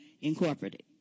Incorporated